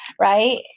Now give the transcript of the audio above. right